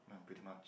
ya pretty much